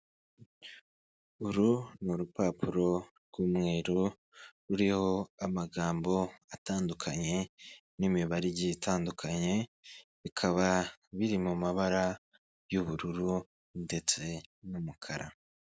Uru ni urupapuro rw'umweru ruriho amagambo atandukanye n'imibare igiye itandukanye, bikaba biri mu mabara y'ubururu ndetse n'umukara.